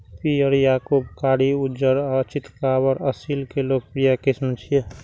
पीयर, याकूब, कारी, उज्जर आ चितकाबर असील के लोकप्रिय किस्म छियै